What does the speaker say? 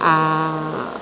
आ